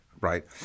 right